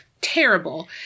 terrible